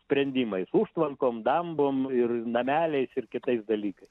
sprendimais užtvankom dambom ir nameliais ir kitais dalykai